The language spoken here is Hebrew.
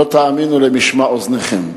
לא תאמינו למשמע אוזניכם: